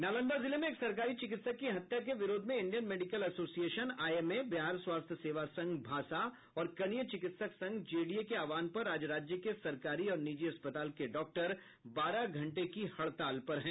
नालंदा जिले में एक सरकारी चिकित्सक की हत्या के विरोध में Indian medical association IMA Bihar स्वास्थ्य सेवा संघ भासा और कनीय चिकित्सक संघ जेडीए के आह्वान पर आज राज्य के सरकारी और निजी अस्पताल के डॉक्टर बारह घंटे की हड़ताल पर हैं